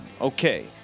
okay